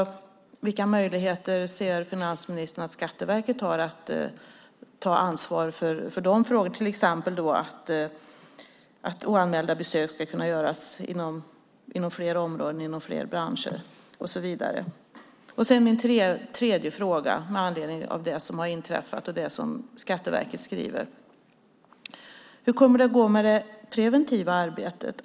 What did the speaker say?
Vilka möjligheter ser finansministern att Skatteverket har att ta ansvar för att till exempel oanmälda besök ska kunna göras inom flera områden, inom fler branscher och så vidare? Min tredje fråga med anledning av det som har inträffat och det som Skatteverket skriver är: Hur kommer det att gå med det preventiva arbetet?